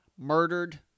Murdered